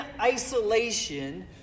isolation